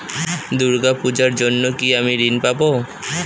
দূর্গা পূজার জন্য কি আমি ঋণ পাবো?